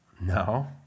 No